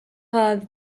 have